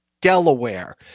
Delaware